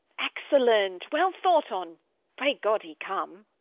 excellent, well thought on pray god he come!